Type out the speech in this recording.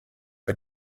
bei